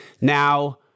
Now